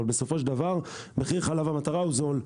אבל בסופו של דבר מחיר חלב המטרה הוא זול.